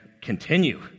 continue